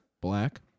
Black